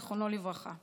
זיכרונו לברכה,